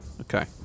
Okay